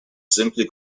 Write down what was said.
simply